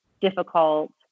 difficult